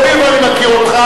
אבל הואיל ואני מכיר אותך,